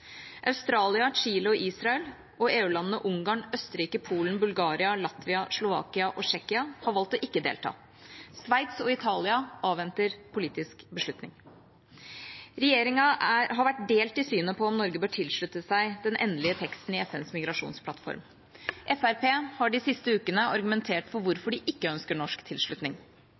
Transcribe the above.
Australia, Chile og Israel og EU-landene Ungarn, Østerrike, Polen, Bulgaria, Latvia, Slovakia og Tsjekkia har valgt ikke å delta. Sveits og Italia avventer politisk beslutning. Regjeringa har vært delt i synet på om Norge bør tilslutte seg den endelige teksten i FNs migrasjonsplattform. Fremskrittspartiet har de siste ukene argumentert for hvorfor de ikke ønsker norsk tilslutning.